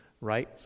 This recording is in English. right